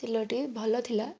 ତେଲଟି ଭଲଥିଲା